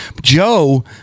Joe